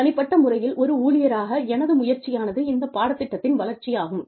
தனிப்பட்ட முறையில் ஒரு ஊழியராக எனது முயற்சியானது இந்த பாடத்திட்டத்தின் வளர்ச்சியாகும்